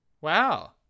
Wow